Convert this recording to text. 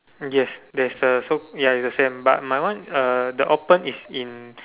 yes there's a so ya it's the same but my one uh the open is in